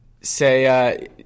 say